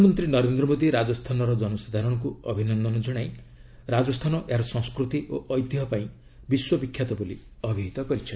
ପ୍ରଧାନମନ୍ତ୍ରୀ ନରେନ୍ଦ୍ର ମୋଦି ରାଜସ୍ଥାନର ଜନସାଧାରଣଙ୍କୁ ଅଭିନନ୍ଦନ ଜଣାଇ ରାଜସ୍ଥା ଏହାର ସଂସ୍କୃତି ଓ ଐତିହ୍ୟ ପାଇଁ ବିଶ୍ୱବିଖ୍ୟାତ ବୋଲି ଅଭିହିତ କରିଛନ୍ତି